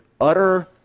utter